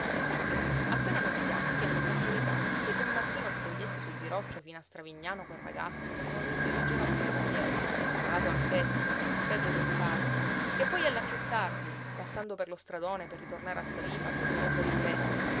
sicché appena nunziata chiese per carità che don marchino si togliesse sul biroccio fino a stravignano quel ragazzo che non le si reggeva piú in piedi malato anch'esso peggio del padre che poi ella piú tardi passando per lo stradone per ritornare a sorífa se lo sarebbe ripreso